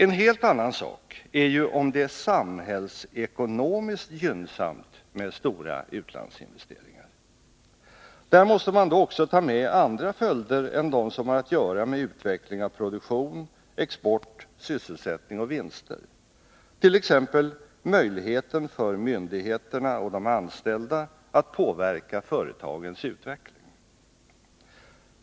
En helt annan sak är ju om det är samhällsekonomiskt gynnsamt med stora utlandsinvesteringar. Där måste man då också ta med andra följder än de som har att göra med utveckling av produktion, export, sysselsättning och vinster, t.ex. möjligheten för myndigheterna och de anställda att påverka företagens utveckling.